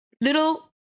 little